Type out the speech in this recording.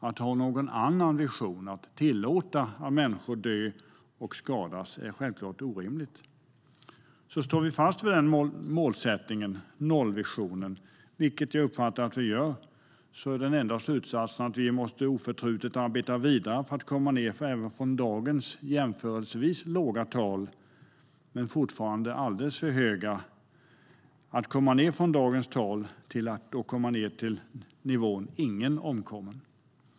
Att ha någon annan vision, att tillåta att människor dör och skadas, vore självklart orimligt. Står vi fast vid målsättningen om nollvisionen, vilket jag uppfattar att vi gör, är den enda slutsatsen att vi måste arbeta vidare oförtrutet för att komma ned från dagens jämförelsevis låga tal, som ändå fortfarande är alldeles för höga, till nivån "ingen omkommen".